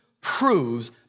proves